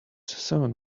seven